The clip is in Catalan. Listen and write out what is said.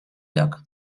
lloc